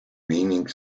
meaning